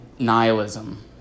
nihilism